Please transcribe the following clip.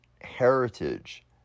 heritage